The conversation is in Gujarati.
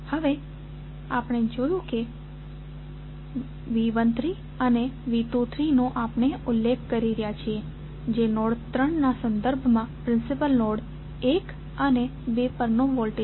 હવે આપણે જોયું છે કે આપણે V13 અને V23 નો ઉલ્લેખ કરી રહ્યા છીએ જે નોડ 3 ના સંદર્ભમાં પ્રિન્સિપલ નોડ 1 અને 2 પરના વોલ્ટેજ છે